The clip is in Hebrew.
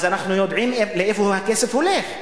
אנחנו יודעים לאיפה הכסף הולך.